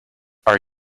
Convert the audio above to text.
are